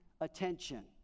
attention